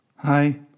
Hi